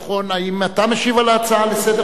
האם אתה משיב על ההצעה לסדר-היום?